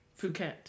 Phuket